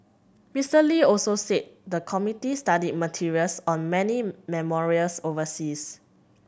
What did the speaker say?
Mister Lee also said the committee studied materials on many memorials overseas